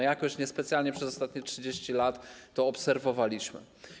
Jakoś niespecjalnie przez ostatnie 30 lat to zaobserwowaliśmy.